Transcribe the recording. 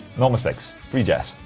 no mistakes. free jazz.